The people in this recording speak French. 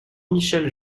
michel